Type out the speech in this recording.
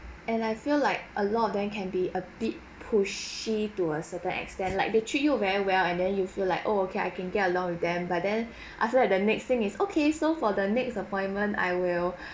and I feel like a lot of them can be a bit pushy to a certain extent like they treat you very well and then you feel like oh okay I can get along with them but then I feel like the next thing is okay so for the next appointment I will